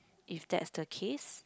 if that's the case